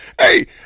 Hey